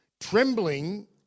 trembling